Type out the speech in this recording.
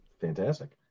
Fantastic